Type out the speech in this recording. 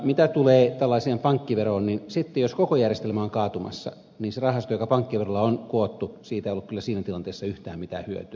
mitä tulee tällaiseen pankkiveroon niin sitten jos koko järjestelmä on kaatumassa niin siitä rahastosta joka pankkiverolla on koottu ei ole kyllä siinä tilanteessa yhtään mitään hyötyä